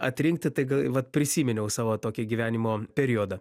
atrinkti tai vat prisiminiau savo tokį gyvenimo periodą